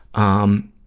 um,